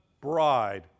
bride